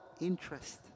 Interest